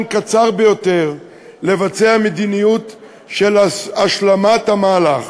קצר ביותר לבצע מדיניות של השלמת המהלך.